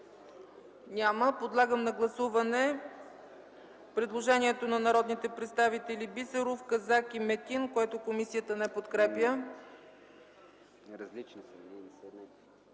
прието. Подлагам на гласуване предложението на народните представители Четин Казак и Митхат Метин, което комисията не подкрепя.